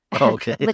Okay